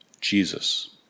Jesus